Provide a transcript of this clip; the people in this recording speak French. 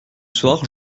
soir